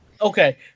Okay